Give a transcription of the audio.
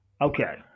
Okay